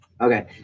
Okay